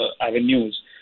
avenues